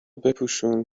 بپوشون